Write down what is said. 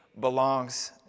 belongs